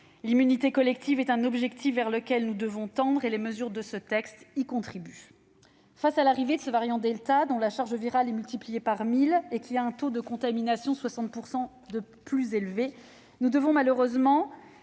L'immunité collective est un objectif vers lequel nous devons tendre et les mesures de ce texte y contribuent. Face à l'arrivée du variant delta, dont la charge virale est multipliée par mille et dont le taux de contamination est de 60 % plus élevé que celui du virus